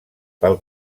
pel